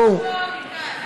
בבקשה.